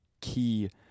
key